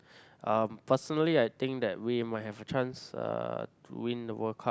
um personally I think that we might have a chance uh to win the World Cup